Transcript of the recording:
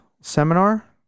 seminar